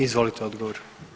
Izvolite odgovor.